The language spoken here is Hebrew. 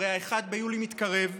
הרי 1 ביולי מתקרב,